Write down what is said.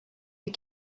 les